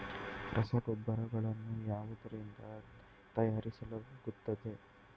ರಸಗೊಬ್ಬರಗಳನ್ನು ಯಾವುದರಿಂದ ತಯಾರಿಸಲಾಗುತ್ತದೆ?